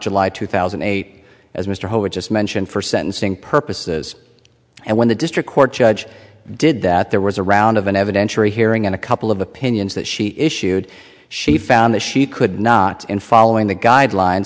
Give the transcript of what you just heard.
july two thousand and eight as mr holder just mentioned for sentencing purposes and when the district court judge did that there was a round of an evidentiary hearing in a couple of opinions that she issued she found that she could not in following the guidelines